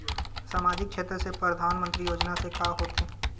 सामजिक क्षेत्र से परधानमंतरी योजना से का होथे?